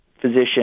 physician